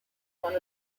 one